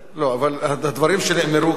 אבל הדברים שנאמרו כאן,